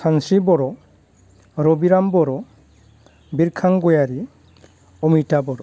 सानस्रि बर' रबिराम बर' बिरखां गयारि अमिथा बर'